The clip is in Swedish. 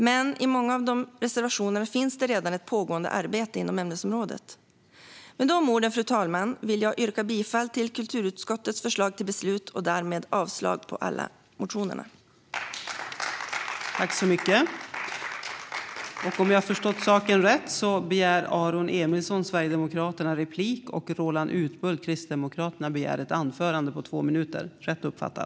Men det finns redan ett pågående arbete inom ämnesområdet när det gäller många av dessa reservationer. Fru talman! Med dessa ord yrkar jag bifall till kulturutskottets förslag till beslut och avslag på alla motioner och reservationer.